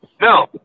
No